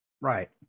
Right